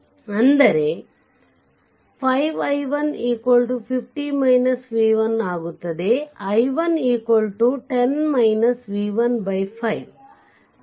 ಅಂದರೆ 5i150 v1ಆಗುತ್ತದೆ i110 v15 ಆಗಿದೆ